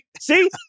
See